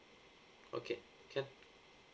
okay can